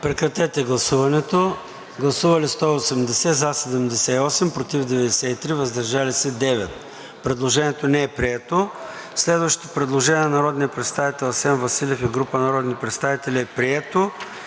представители: за 78, против 93, въздържали се 9. Предложението не е прието. Следващото предложение на народния представител Асен Василев и група народни представители е прието.